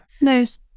Nice